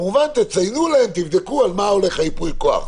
כמובן תציינו להם על מה הולך ייפוי הכוח,